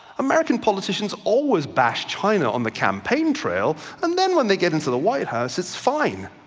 american politicians always bash china on the campaign trail and then when they get into the white house, it's fine.